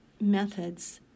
methods